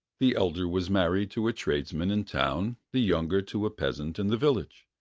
the elder was married to a tradesman in town, the younger to a peasant in the village.